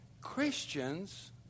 Christians